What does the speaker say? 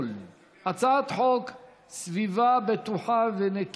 לדיון בהצעת חוק עבודת נשים (תיקון,